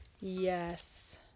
Yes